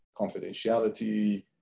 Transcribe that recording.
confidentiality